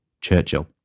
Churchill